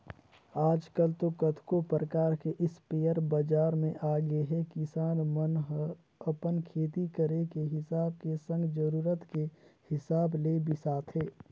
आजकल तो कतको परकार के इस्पेयर बजार म आगेहे किसान मन ह अपन खेती करे के हिसाब के संग जरुरत के हिसाब ले बिसाथे